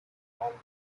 horn